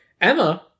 Emma